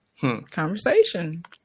Conversation